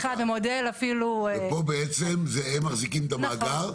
ופה בעצם הם מחזיקים את המאגר.